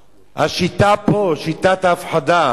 השיטה פה היא שיטת ההפחדה.